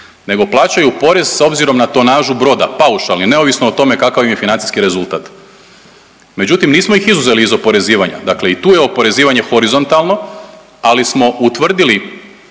nego plaćaju porez s obzirom na tonažu broda, paušalni neovisno o tome kakav im je financijski rezultat. Međutim, nismo ih izuzeli iz oporezivanja, dakle i tu je oporezivanje horizontalno, ali smo utvrdili